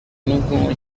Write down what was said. n’ubwonko